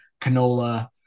Canola